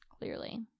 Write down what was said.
Clearly